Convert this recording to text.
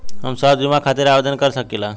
हम स्वास्थ्य बीमा खातिर आवेदन कर सकीला?